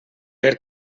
per